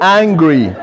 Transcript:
angry